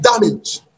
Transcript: damage